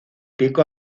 pico